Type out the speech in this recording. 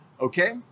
okay